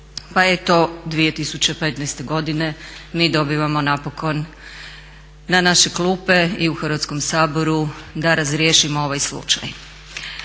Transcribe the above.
pa eto 2015. godine mi dobivamo napokon na naše klupe i u Hrvatskom saboru da razriješimo ovaj slučaj.